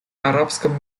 арабском